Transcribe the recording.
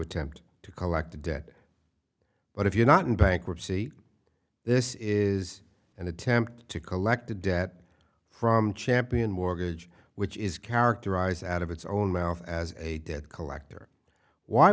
attempt to collect the debt but if you are not in bankruptcy this is an attempt to collect a debt from champion mortgage which is characterized out of its own mouth as a debt collector why